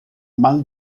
mal